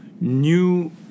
new